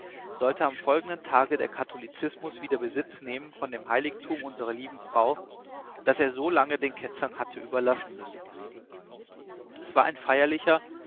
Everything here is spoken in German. sollte am folgenden tage der katholizismus wieder besitz nehmen von dem heiligtum unserer lieben frau das er so lange den ketzern hatte überlassen müssen es war ein feierlicher